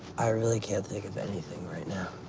i really can't think anything right now.